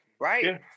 right